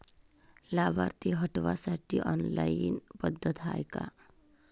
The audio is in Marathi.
लाभार्थी हटवासाठी ऑनलाईन पद्धत हाय का?